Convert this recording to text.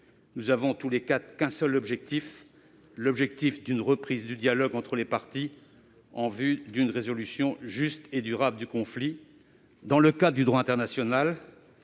tensions. Nous n'avons qu'un seul objectif : une reprise du dialogue entre les parties, en vue d'une résolution juste et durable du conflit dans le cadre du droit international,